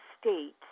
state